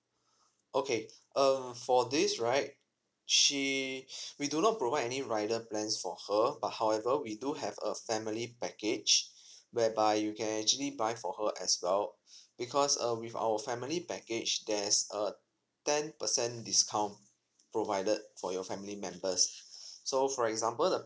okay err for this right she we do not provide any rider plans or her but however we do have a family package whereby you can actually buy for her as well because uh with our family package there's a ten percent discount provided for your family members so for example the